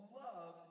love